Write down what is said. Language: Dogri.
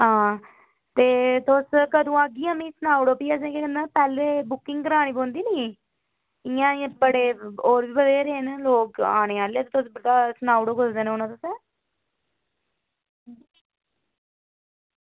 हां ते तुस कदूं आह्गियां मिगी सनाई ओड़ो ते फ्ही असें केह् करना पैह्लें बुकिंग करानी पौंदी नि इ'यां बड़े होर बी बत्हेरे न लोक आने आह्ले तुस सनाई ओड़ेओ कुस दिन औना तुसें